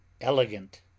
elegant